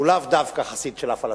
הוא לאו דווקא חסיד של הפלסטינים.